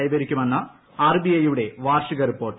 കൈവരിക്കുമെന്ന് R B I യുടെ വാർഷിക report